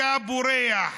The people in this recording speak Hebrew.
אתה בורח.